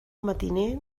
matiner